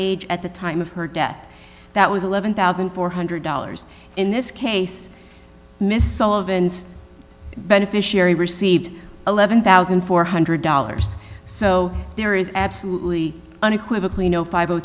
age at the time of her death that was eleven thousand four hundred dollars in this case miss sullivans beneficiary received eleven thousand four hundred dollars so there is absolutely unequivocally no five o